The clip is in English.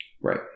Right